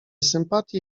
sympatię